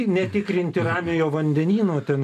netikrinti ramiojo vandenyno ten